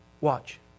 Watch